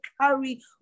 carry